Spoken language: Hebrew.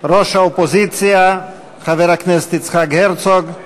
ראש האופוזיציה חבר הכנסת יצחק הרצוג,